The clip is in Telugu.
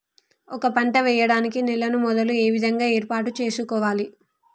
ఒక పంట వెయ్యడానికి నేలను మొదలు ఏ విధంగా ఏర్పాటు చేసుకోవాలి?